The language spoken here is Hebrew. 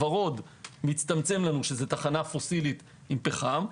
הוורוד מצטמצם כשזה תחנה פוסילית עם פחם,